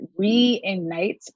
reignites